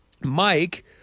Mike